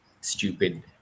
stupid